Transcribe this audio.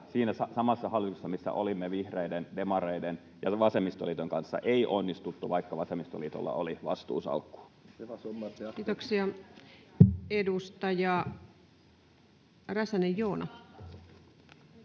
siinä samassa hallituksessa, missä olimme vihreiden, demareiden ja vasemmistoliiton kanssa. Ei onnistuttu, vaikka vasemmistoliitolla oli vastuusalkku. [Veronika Honkasalo: Se ei